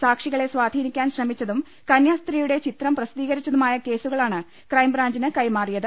സാക്ഷികളെ സ്വാധീനിക്കാൻ ശ്രമിച്ചതും കന്യാസ്ത്രീയുടെ ചിത്രം പ്രസിദ്ധീക രിച്ചതുമായ കേസുകളാണ് ക്രൈം ബ്രാഞ്ചിന് കൈമാറിയത്